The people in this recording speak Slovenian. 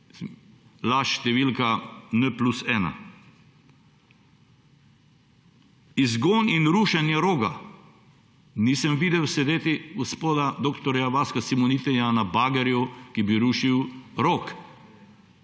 Laž številka n+1. Izgon in rušenje Roga. Nisem videl sedeti gospoda dr. Vaska Simonitija na bagru, ki bi rušil Rog.